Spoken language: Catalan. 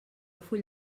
full